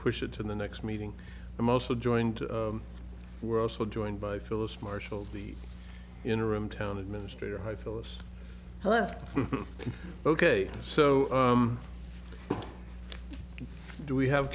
push it to the next meeting i'm also joined we're also joined by phyllis marshall the interim town administrator hi phyllis well ok so do we have